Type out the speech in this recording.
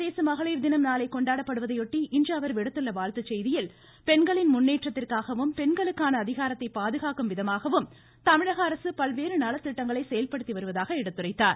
சர்வதேச மகளிர் தினம் நாளை கொண்டாடப்படுவதையொட்டி இன்று அஅர் விடுத்துள்ள வாழ்த்துச்செய்தியில் பெண்களின் முன்னேற்றத்திற்காகவும் பெண்களுக்கான அதிகாரத்தை பாதுகாக்கும் விதமாகவும் தமிழக அரசு பல்வேறு நலத்திட்டங்களை செயல்படுத்தி வருவதாக எடுத்துரைத்தார்